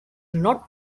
not